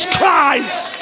Christ